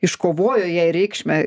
iškovojo jai reikšmę